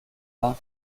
pain